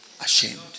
ashamed